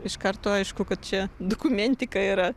iš karto aišku kad čia dokumentika yra